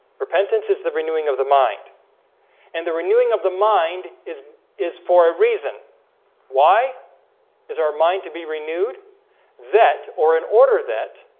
repentance is the renewing of the mind and the renewing of the mind is is for a reason why is our mind to be renewed that or in order that